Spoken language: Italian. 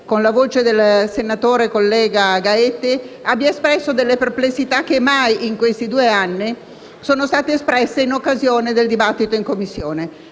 con la voce del collega, senatore Gaetti, abbia espresso delle perplessità che mai, in questi due anni, sono state espresse in occasione del dibattito in Commissione.